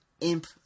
Imp